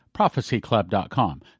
ProphecyClub.com